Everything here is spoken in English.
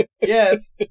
Yes